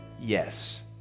yes